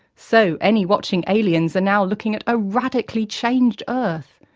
so, any watching aliens are now looking at a radically changed earth,